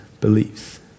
beliefs